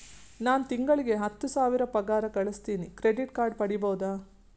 ನಾನು ತಿಂಗಳಿಗೆ ಹತ್ತು ಸಾವಿರ ಪಗಾರ ಗಳಸತಿನಿ ಕ್ರೆಡಿಟ್ ಕಾರ್ಡ್ ಪಡಿಬಹುದಾ?